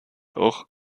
auch